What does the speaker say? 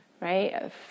right